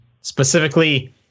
specifically